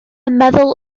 meddwl